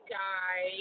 guy